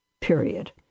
period